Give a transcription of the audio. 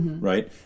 Right